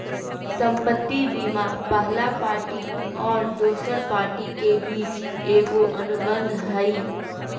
संपत्ति बीमा पहला पार्टी और दोसर पार्टी के बीच एगो अनुबंध हइ